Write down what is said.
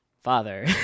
father